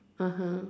(uh huh)